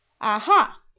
Aha